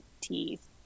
teeth